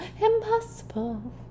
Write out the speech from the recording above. Impossible